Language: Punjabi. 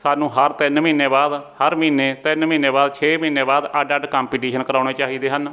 ਸਾਨੂੰ ਹਰ ਤਿੰਨ ਮਹੀਨੇ ਬਾਅਦ ਹਰ ਮਹੀਨੇ ਤਿੰਨ ਮਹੀਨੇ ਬਾਅਦ ਛੇ ਮਹੀਨੇ ਬਾਅਦ ਅੱਡ ਅੱਡ ਕੰਪੀਟੀਸ਼ਨ ਕਰਾਉਣੇ ਚਾਹੀਦੇ ਹਨ